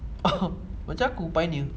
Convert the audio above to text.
macam aku pioneer